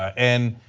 and